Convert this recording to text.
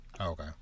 okay